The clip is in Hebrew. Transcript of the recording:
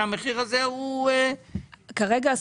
שהוא --- כרגע,